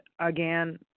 again